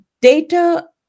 data